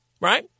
right